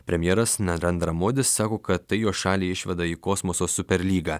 premjeras narendra modis sako kad tai jo šalį išveda į kosmoso superlygą